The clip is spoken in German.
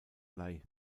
leigh